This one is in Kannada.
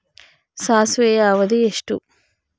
ಸಾಸಿವೆಯ ಅವಧಿ ಎಷ್ಟು?